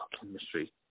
chemistry